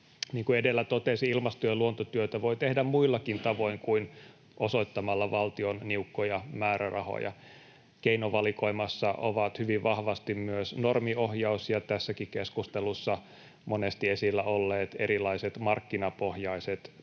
kuin edellä totesin, ilmasto- ja luontotyötä voi tehdä muillakin tavoin kuin osoittamalla valtion niukkoja määrärahoja. Keinovalikoimassa ovat hyvin vahvasti myös normiohjaus ja tässäkin keskustelussa monesti esillä olleet erilaiset markkinapohjaiset